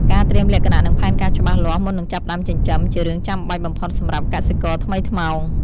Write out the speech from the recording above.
ការត្រៀមលក្ខណៈនិងផែនការច្បាស់លាស់ មុននឹងចាប់ផ្តើមចិញ្ចឹមជារឿងចាំបាច់បំផុតសម្រាប់កសិករថ្មីថ្មោង។